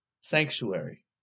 sanctuary